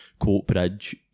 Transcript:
Coatbridge